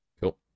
Cool